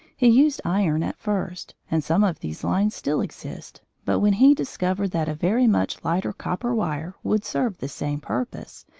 he used iron at first, and some of these lines still exist, but when he discovered that a very much lighter copper wire would serve the same purpose,